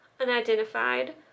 unidentified